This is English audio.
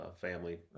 family